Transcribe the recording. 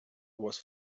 was